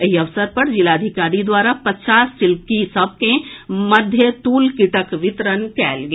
एहि अवसर पर जिलाधिकारी द्वारा पचास शिल्पी सभक मध्य दूल किटक वितरण कयल गेल